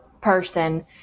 person